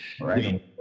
Right